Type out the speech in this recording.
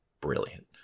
brilliant